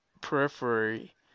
periphery